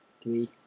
three